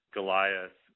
Goliath